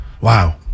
Wow